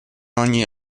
ogni